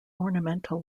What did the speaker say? ornamental